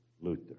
Luther